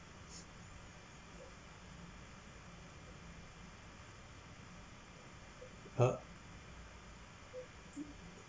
uh